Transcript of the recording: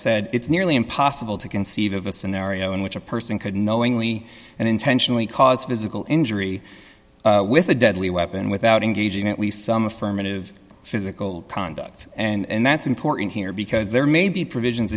said it's nearly impossible to conceive of a scenario in which a person could knowingly and intentionally cause physical injury with a deadly weapon without engaging in at least some affirmative physical products and that's important here because there may be provisions